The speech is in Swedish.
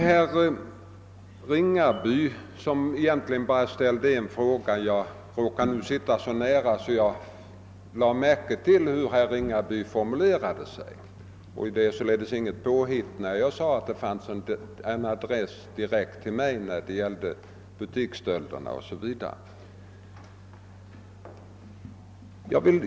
Herr Ringaby framställde egentligen bara en fråga. Det är inget påhitt när jag säger att den hade en direkt adress till mig när det gällde butiksstölderna — jag råkade sitta så nära honom att jag kunde lägge märke till hur han formulerade sin fråga.